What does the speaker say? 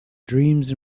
dreams